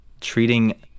treating